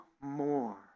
more